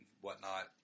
whatnot